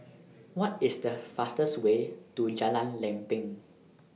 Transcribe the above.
What IS The fastest Way to Jalan Lempeng